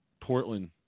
Portland